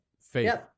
faith